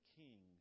king